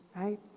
right